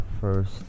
first